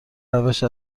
روش